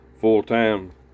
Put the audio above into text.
full-time